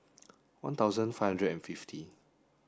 one thousand five hundred and fifty